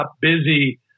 busy